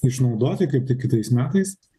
išnaudoti kaip tik kitais metais